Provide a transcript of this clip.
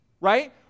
right